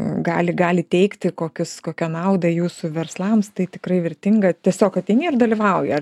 gali gali teikti kokius kokią naudą jūsų verslams tai tikrai vertinga tiesiog ateini ir dalyvauji ar